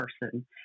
person